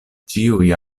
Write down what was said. ĉiuj